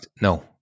No